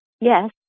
Yes